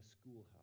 schoolhouse